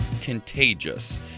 contagious